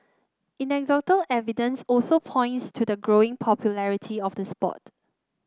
anecdotal evidence also points to the growing popularity of the sport